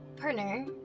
partner